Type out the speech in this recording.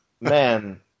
man